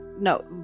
no